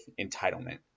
entitlement